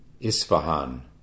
Isfahan